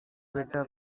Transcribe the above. beta